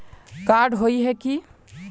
Card होय है की?